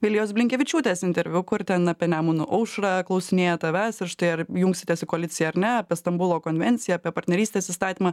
vilijos blinkevičiūtės interviu kur ten apie nemuno aušrą klausinėja tavęs ir štai ar jungsitės į koaliciją ar ne apie stambulo konvenciją apie partnerystės įstatymą